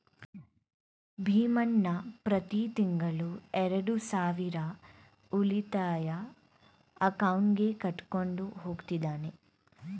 ಭೀಮಣ್ಣ ಪ್ರತಿ ತಿಂಗಳು ಎರಡು ಸಾವಿರ ಉಳಿತಾಯ ಅಕೌಂಟ್ಗೆ ಕಟ್ಕೊಂಡು ಹೋಗ್ತಿದ್ದಾನೆ